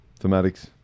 thematics